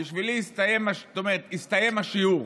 הסתיים השיעור.